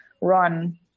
run